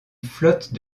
flotte